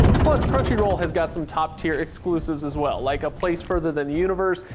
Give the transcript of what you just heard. plus crunchyroll has got some top-tier exclusives as well, like a place further than the universe,